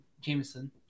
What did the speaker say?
Jameson